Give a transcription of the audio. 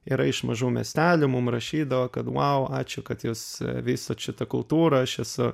yra iš mažų miestelių mum rašydavo kad vau ačiū kad jūs vystot šitą kultūrą aš esu